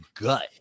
gut